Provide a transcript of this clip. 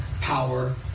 power